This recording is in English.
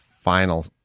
final